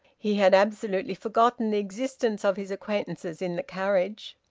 he had absolutely forgotten the existence of his acquaintances in the carriage.